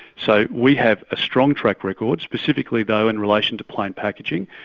so we have a strong track record, specifically though in relation to plain packaging.